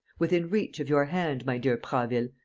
within reach of your hand, my dear prasville,